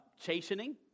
chastening